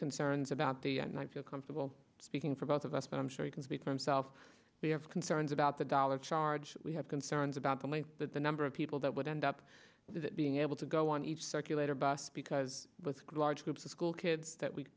concerns about the and i feel comfortable speaking for both of us and i'm sure you can speak for himself we have concerns about the dollars charge we have concerns about the way that the number of people that would end up being able to go on each circulator bus because with good large groups of schoolkids that we